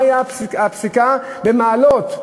מה הייתה הפסיקה במעלות?